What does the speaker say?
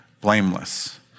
blameless